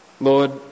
Lord